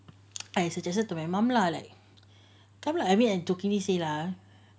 I suggested to my mum lah like come lah to meet me and give me advice lah